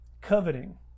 Coveting